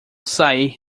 sair